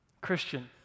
Christian